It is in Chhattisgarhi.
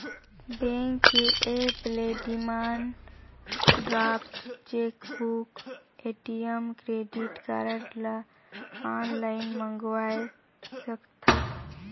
बेंक के ऐप ले demand draft, chequebook, ATM, credit card ल आनलाइन मंगवाये सकथस